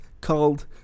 called